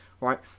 right